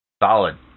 Solid